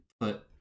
put